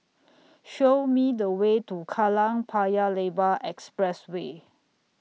Show Me The Way to Kallang Paya Lebar Expressway